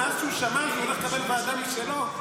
מאז שהוא שמע שהוא הולך לקבל ועדה משלו,